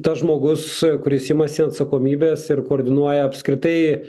tas žmogus kuris imasi atsakomybės ir koordinuoja apskritai